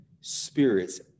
spirits